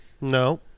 no